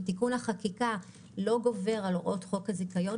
ותיקון החקיקה לא גובר על הוראות חוק הזיכיון,